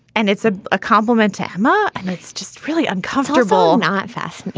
and it's a ah compliment to emma. and it's just really uncomfortable. not fast.